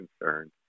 concerned